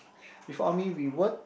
before army we were